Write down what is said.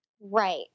Right